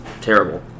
Terrible